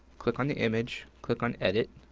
click on the image. click on edit.